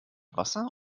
wasser